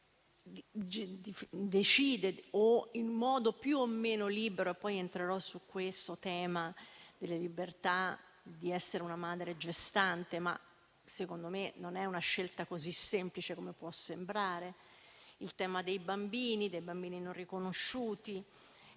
decide o in modo più o meno libero - poi entrerò su questo tema della libertà - di essere una madre gestante. Secondo me, non è una scelta così semplice come può sembrare. C'è poi il tema dei bambini e dei bambini non riconosciuti.